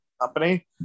company